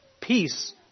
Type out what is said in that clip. peace